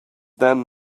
then